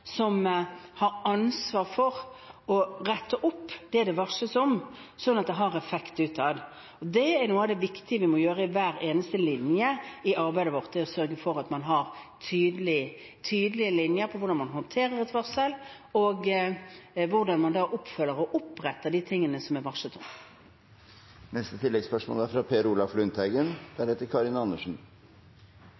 som har ansvar for å rette opp det det varsles om, sånn at det har effekt utad. Det er noe av det viktige vi må gjøre i hver eneste linje i arbeidet vårt – det å sørge for at man har tydelige linjer når det gjelder hvordan man håndterer et varsel, og hvordan man følger opp og retter opp det som det er varslet om. Per Olaf Lundteigen